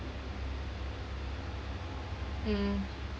mm